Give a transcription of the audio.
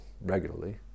regularly